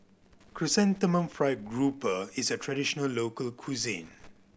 Chrysanthemum Fried Grouper is a traditional local cuisine